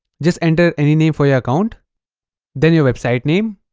just enter any name for your account then your website name